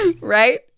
Right